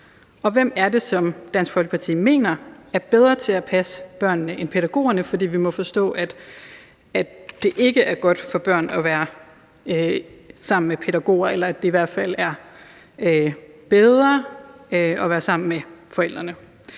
mener er bedre end pædagogerne til at passe børnene, for vi må forstå, at det ikke er godt for børn at være sammen med pædagoger, eller at det i hvert fald er bedre at være sammen med forældrene.